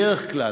בדרך כלל,